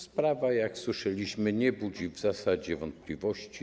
Sprawa, jak słyszeliśmy, nie budzi w zasadzie wątpliwości.